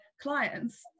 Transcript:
clients